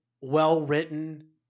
well-written